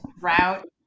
route